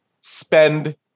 spend